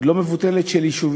מספר לא מבוטל של יישובים